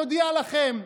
נודיע לכם.